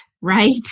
right